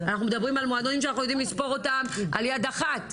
אנחנו מדברים על מועדונים ש אנחנו יודעים לספור אותם על יד אחת.